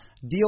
Deal